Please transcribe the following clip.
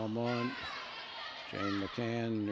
on line and